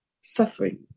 Suffering